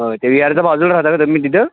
ह ते विहारच्या बाजूला राहता का तुम्ही तिथे